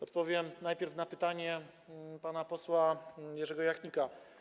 Odpowiem najpierw na pytanie pana posła Jerzego Jachnika.